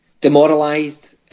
demoralised